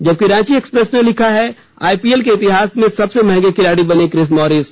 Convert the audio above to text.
जबकि रांची एक्सप्रेस ने लिखा है आईपीएल के इतिहास में सबसे महंगे खिलाड़ी बने क्रिस मॉरीस